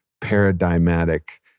paradigmatic